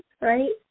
right